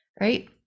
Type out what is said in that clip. right